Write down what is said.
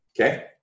okay